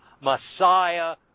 Messiah